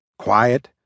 quiet